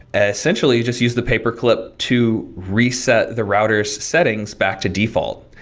ah essentially, you just use the paperclip to reset the router settings back to default.